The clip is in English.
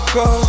go